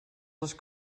les